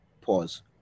pause